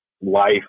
life